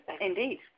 Indeed